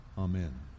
Amen